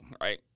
right